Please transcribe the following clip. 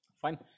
Fine